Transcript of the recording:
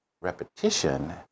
Repetition